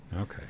Okay